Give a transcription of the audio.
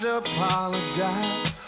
apologize